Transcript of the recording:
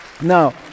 Now